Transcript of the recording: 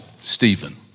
Stephen